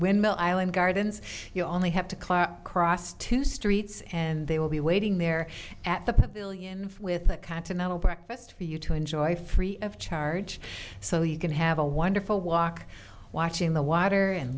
windmill island gardens you only have to clear cross two streets and they will be waiting there at the billion with a continental breakfast for you to enjoy free of charge so you can have a wonderful walk watching the water and